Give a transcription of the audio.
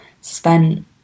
spent